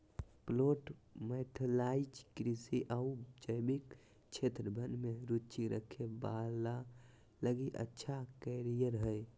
plant pathology कृषि आऊ जैविक क्षेत्र वन में रुचि रखे वाला लगी अच्छा कैरियर हइ